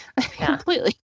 Completely